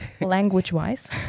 Language-wise